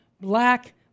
black